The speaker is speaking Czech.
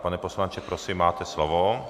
Pane poslanče, prosím, máte slovo.